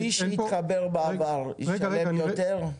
מי שהתחבר בעבר ישלם יותר?